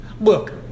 Look